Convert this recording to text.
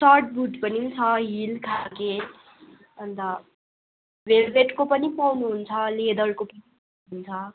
short boot पनि छ heel खाले अन्त भेलभेटको पनि पाउनु हुन्छ लेदरको पनि हुन्छ